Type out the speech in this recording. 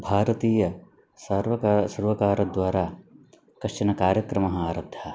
भारतीयसार्वकारेण सर्वकारद्वारा कश्चन कार्यक्रमः आरब्धः